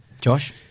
Josh